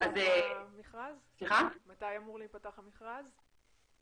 מתי אמור להיפתח המכרז?